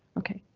ok?